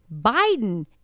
biden